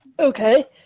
Okay